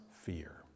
fear